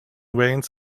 veins